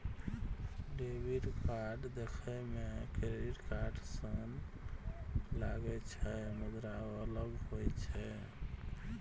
debit card देखै मे credit card सन लागै छै, मुदा ओ अलग होइ छै